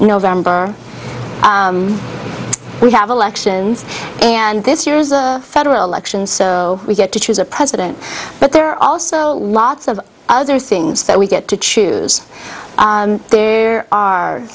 november we have elections and this year is a federal election so we get to choose a president but there are also lots of other things that we get to choose there are